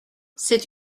c’est